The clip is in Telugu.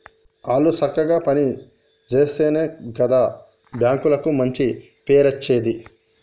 ఆళ్లు సక్కగ పని జేత్తెనే గదా బాంకులకు మంచి పేరచ్చేది